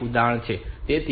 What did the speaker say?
5 અને 7